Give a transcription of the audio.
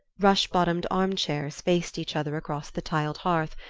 rush-bottomed arm-chairs faced each other across the tiled hearth,